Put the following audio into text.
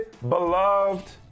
beloved